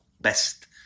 best